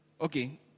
Okay